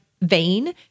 vein